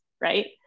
right